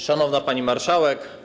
Szanowna Pani Marszałek!